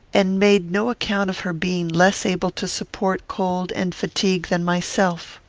and made no account of her being less able to support cold and fatigue than myself.